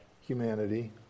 humanity